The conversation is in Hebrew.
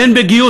הן בגיוס